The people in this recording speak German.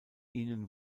ihnen